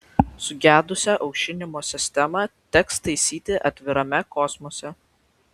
sugedusią aušinimo sistemą teks taisyti atvirame kosmose